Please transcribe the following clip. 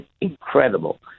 incredible